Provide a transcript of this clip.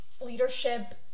Leadership